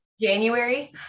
January